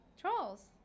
Trolls